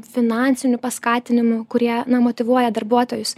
finansinių paskatinimų kurie na motyvuoja darbuotojus